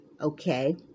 Okay